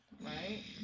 right